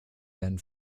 werden